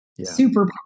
superpower